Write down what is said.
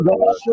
God